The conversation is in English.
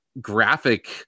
graphic